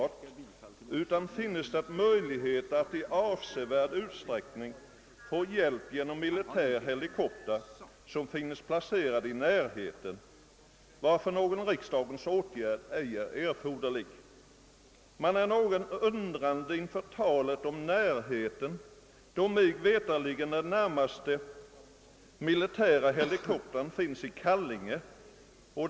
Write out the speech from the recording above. Då det enligt vad utskottet erfarit finns möjligheter att i avsevärd utsträckning få hjälp genom militär helikopter som finns placerad i närheten är någon riksdagens åtgärd inte erforderlig.» Jag ställer mig något undrande inför påståendet att militär helikopter finns placerad i närheten, då mig veterligt någon militär helikopter inte finns stationerad närmare än i Kallinge.